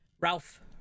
Ralph